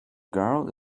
girl